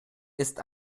ist